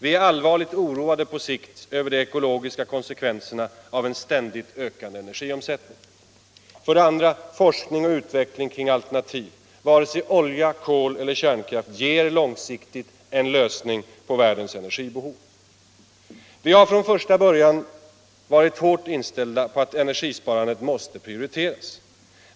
Vi är allvarligt oroade på sikt över de ekologiska konsekvenserna av en ständigt ökande energiomsättning. 2. Forskning och utveckling kring alternativ. Varken olja, kol eller kärnkraft ger långsiktigt en lösning på världens energibehov. Vi har från första början varit hårt inställda på att energisparandet måste prioriteras.